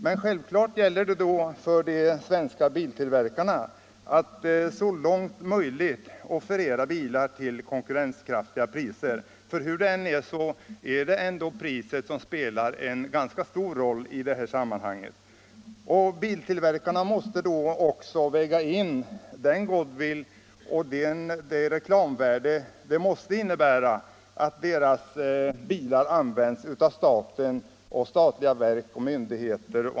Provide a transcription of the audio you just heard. Men självklart måste de svenska biltillverkarna så långt möjligt offerera bilar till konkurrenskraftiga priser. Hur det än är så spelar priset ganska stor roll i detta sammanhang. Biltillverkarna måste då också väga in den goodwill och det reklamvärde som det måste innebära att deras bilar används av statliga verk och myndigheter.